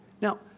Now